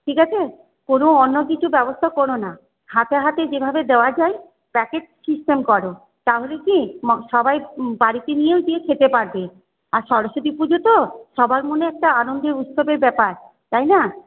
ঠিক আছে কোন অন্য কিছুর ব্যবস্থা করো না হাতে হাতে যেভাবে দেওয়া যায় প্যাকেট সিস্টেম করো তাহলে কি সবাই বাড়িতে নিয়েও গিয়ে খেতে পারবে আর সরস্বতী পুজো তো সবার মনে একটা আনন্দ উৎসবের ব্যাপার তাই না